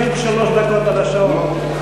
בדיוק שלוש דקות על השעון.